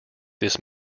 this